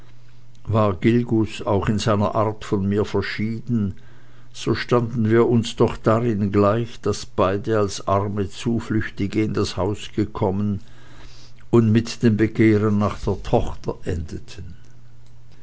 auch in seiner art von mir verschieden so standen wir uns doch darin gleich daß beide als arme zuflüchtige in das haus gekommen und mit dem begehren nach der tochter endeten